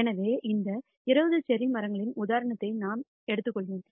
எனவே இந்த 20 செர்ரி மரங்களின் உதாரணத்தை நான் எடுத்துள்ளேன்